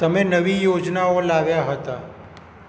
તમે નવી યોજનાઓ લાવ્યા હતા